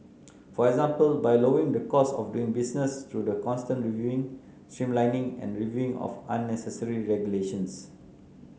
for example by lowering the cost of doing business through the constant reviewing streamlining and reviewing of unnecessary regulations